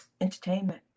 entertainment